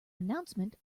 announcement